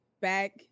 back